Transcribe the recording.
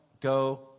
go